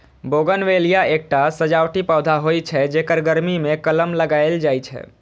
bougainvillea एकटा सजावटी पौधा होइ छै, जेकर गर्मी मे कलम लगाएल जाइ छै